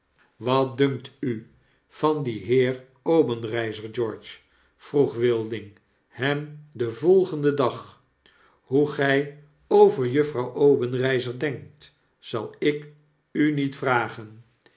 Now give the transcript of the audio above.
wat dunkt u van dien heer obenreizer george vroeg wilding hem den volgenden dag hoe gij over juffrouw obenreizer denkt zal ik u niet vragen